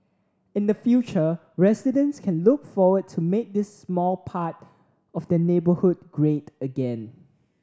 in the future residents can look forward to make this small part of their neighbourhood great again